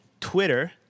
Twitter